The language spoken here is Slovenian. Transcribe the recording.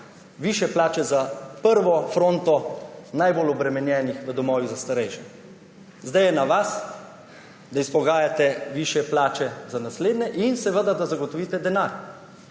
višje plače za prvo fronto najbolj obremenjenih v domovih za starejše. Zdaj je na vas, da izpogajate višje plače za naslednje in da zagotovite denar.